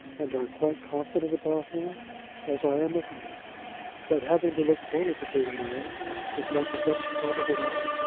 and are quite confident about him as i am of you that having to look forward to being married is not the best part of it all.